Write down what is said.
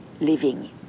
living